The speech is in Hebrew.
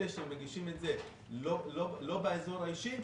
אלה שמגישים את זה לא באזור האישי,